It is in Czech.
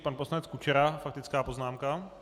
Pan poslanec Kučera, faktická poznámka.